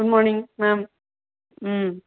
good morning ma'am ம்